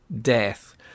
death